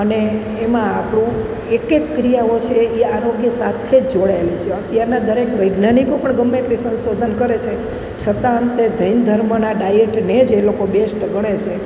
અને એમાં આપણું એક એક ક્રિયાઓ છે એ આરોગ્ય સાથે જ જોડાયેલી છે અત્યારના દરેક વૈજ્ઞાનિકો પણ ગમે એટલી સંશોધન કરે છે છતાં અંતે જૈન ધર્મનાં ડાયટને જ એ લોકો બેસ્ટ ગણે છે